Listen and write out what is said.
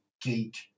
geek